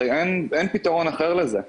הרי אין פתרון אחר לזה.